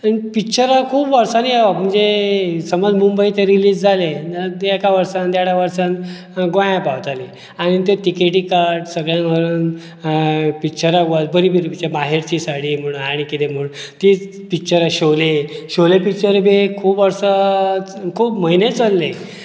पिक्चरां खूब वर्सांनी येवप म्हणजे समज मुंबय तें रिलीज जालें आनी तें एका वर्सान देडा वर्सान गोयां पावतालें आनी त्यो तिकेटी काड सगळ्यांक व्हरन हाड पिक्चराक वचपाची बरी पिक्चरां माहेरची साडी म्हणून आनी कितें म्हूण तिच पिक्चरां शोले शोले पिक्चर बी एक खूब वर्सां खूब म्हयने चल्ले